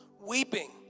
weeping